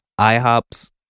IHOPs